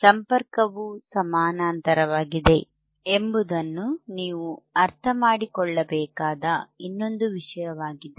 ಸಂಪರ್ಕವು ಸಮಾನಾಂತರವಾಗಿದೆ ಎಂಬುದನ್ನು ನೀವು ಅರ್ಥಮಾಡಿಕೊಳ್ಳಬೇಕಾದ ಇನ್ನೊಂದು ವಿಷಯವಾಗಿದೆ